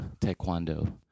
taekwondo